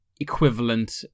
equivalent